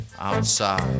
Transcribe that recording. outside